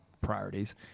priorities